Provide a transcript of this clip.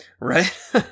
Right